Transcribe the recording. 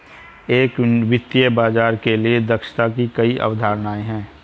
एक वित्तीय बाजार के लिए दक्षता की कई अवधारणाएं हैं